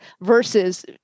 versus